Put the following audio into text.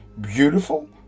beautiful